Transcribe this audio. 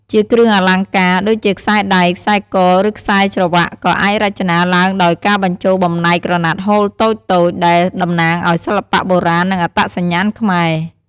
ជាគ្រឿងអលង្ការ ដូចជាខ្សែដៃ ខ្សែក ឬខ្សែច្រវ៉ាក់ ក៏អាចរចនាឡើងដោយការបញ្ចូលបំណែកក្រណាត់ហូលតូចៗ ដែលតំណាងឲ្យសិល្បៈបុរាណ និងអត្តសញ្ញាណខ្មែរ។